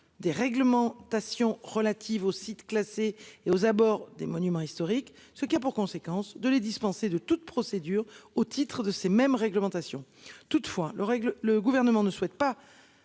des réglementations relatives aux sites classés et aux abords des monuments historiques. Ce qui a pour conséquence de les dispenser de toute procédure au titre de ces mêmes réglementations toutefois le règle le gouvernement ne souhaite pas